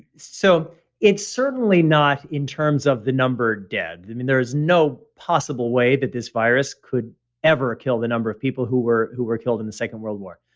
so it's certainly not in terms of the number of dead. i mean, there is no possible way that this virus could ever kill the number of people who were who were killed in the second world war.